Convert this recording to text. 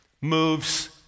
moves